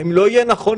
האם לא יהיה נכון